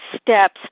steps